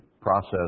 process